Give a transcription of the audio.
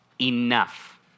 enough